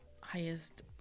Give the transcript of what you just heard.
highest